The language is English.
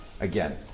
Again